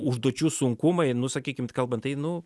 užduočių sunkumai nu sakykim kalbant tai nu